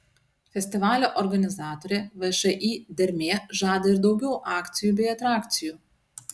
festivalio organizatorė všį dermė žada ir daugiau akcijų bei atrakcijų